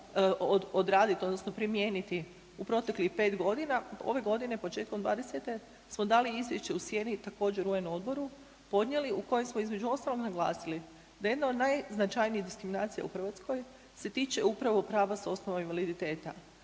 odraditi odnosno primijeniti u proteklih 5 godina, ove godine, početkom '20. smo dali izvješće .../Govornik se ne razumije./... također, UN odboru, podnijeli u kojem smo, između ostalog naglasili da je jedna od najznačajnijih diskriminacija u Hrvatskoj se tiče upravo prava s osnova invaliditeta.